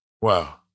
Wow